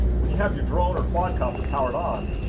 when you have your drone or quadcopter powered on